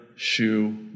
shoe